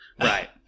Right